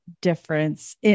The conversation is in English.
difference